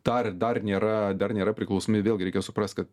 dar dar nėra dar nėra priklausomi vėlgi reikia suprast kad